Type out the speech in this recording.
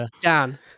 Dan